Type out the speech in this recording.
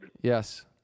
Yes